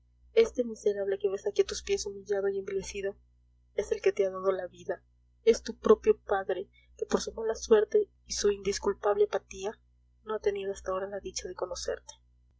este miserable que ves aquí a tus pies humillado y envilecido es el que te ha dado la vida es tu propio padre que por su mala suerte y su indisculpable apatía no ha tenido hasta ahora la dicha de conocerte